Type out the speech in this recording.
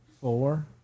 four